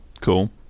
Cool